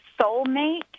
soulmate